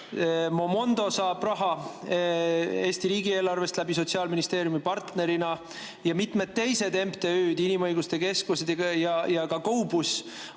Mondo saab raha Eesti riigieelarvest Sotsiaalministeeriumi partnerina ja ka mitmed teised MTÜ-d, inimõiguskeskused ja GoBus